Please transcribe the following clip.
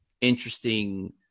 interesting